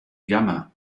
gamma